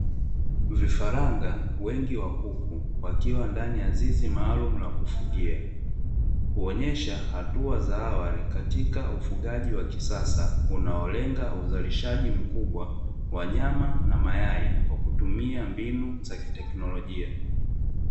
Vifaranga wengi wa kuku, wakiwa ndani ya zizi maaalumu la kufugia, kuonyesha hatua za awali katika ufugaji wa kisasa unaolenga uzalishaji mkubwa wa nyama na mayai kwa kutumia mbinu za kiteknolojia.